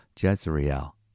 Jezreel